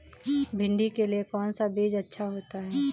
भिंडी के लिए कौन सा बीज अच्छा होता है?